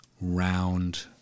round